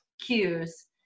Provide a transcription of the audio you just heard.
cues